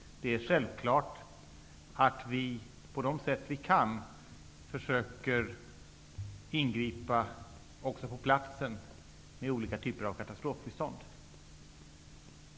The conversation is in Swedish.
Det är självklart att vi på de sätt vi kan försöker ingripa också på platsen med olika typer av katastrofbistånd.